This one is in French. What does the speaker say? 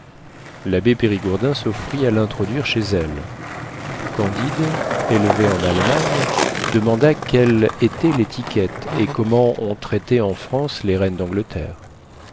l'abbé périgourdin s'offrit à l'introduire chez elle candide élevé en allemagne demanda quelle était l'étiquette et comment on traitait en france les reines d'angleterre